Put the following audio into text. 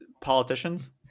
politicians